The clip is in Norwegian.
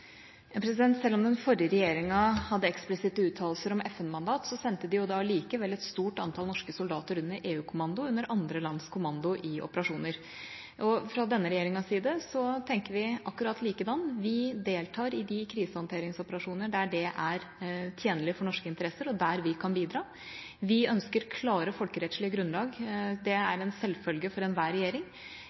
Selv om den forrige regjeringa hadde eksplisitte uttalelser om FN-mandat, sendte de likevel et stort antall norske soldater under EU-kommando, under andre lands kommando, i operasjoner. Fra denne regjeringas side tenker vi akkurat likedan, vi deltar i de krisehåndteringsoperasjoner der det er tjenlig for norske interesser, og der vi kan bidra. Vi ønsker klare folkerettslige grunnlag – det er en selvfølge for enhver regjering.